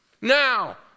Now